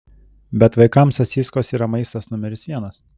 bet vaikams sasyskos yra maistas numeris vienas